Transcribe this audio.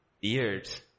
years